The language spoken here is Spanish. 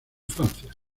francia